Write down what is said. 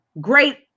great